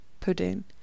pudding